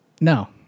No